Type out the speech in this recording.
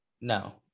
No